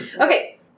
Okay